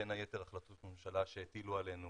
בין היתר החלטות ממשלה שהטילו עלינו